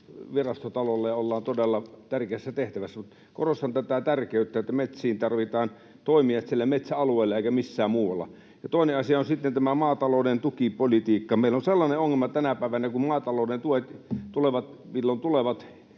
virastotalolle ja ollaan todella tärkeässä tehtävässä. Korostan tätä tärkeyttä, että metsiin tarvitaan toimijat siellä metsäalueella eikä missään muualla. Toinen asia on sitten tämä maatalouden tukipolitiikka. Meillä on sellainen ongelma tänä päivänä, että kun maatalouden tuet tulevat, milloin tulevat